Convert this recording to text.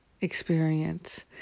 experience